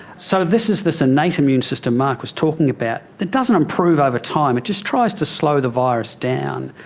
so this is this innate immune system mark was talking about. it doesn't improve over time, it just tries to slow the virus down.